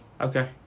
Okay